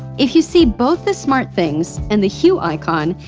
if you see both the smartthings and the hue icon,